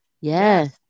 Yes